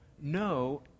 no